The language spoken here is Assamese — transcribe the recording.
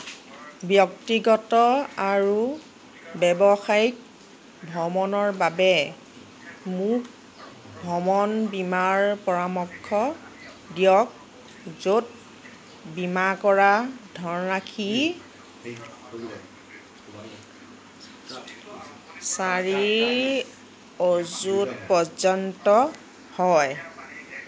ব্যক্তিগত আৰু ব্যৱসায়িক ভ্ৰমণৰ বাবে মোক ভ্ৰমণ বীমাৰ পৰামৰ্শ দিয়ক য'ত বীমা কৰা ধনৰাশি চাৰি অযুত পৰ্য্য়ন্ত হয়